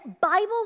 Bible